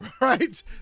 right